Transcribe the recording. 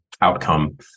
outcome